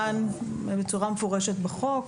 מבחינתנו, חשוב שזה יהיה מעוגן בצורה מפורשת בחוק.